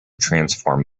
transform